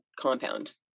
compound